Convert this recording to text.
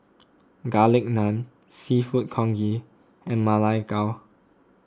Garlic Naan Seafood Congee and Ma Lai Gao